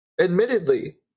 Admittedly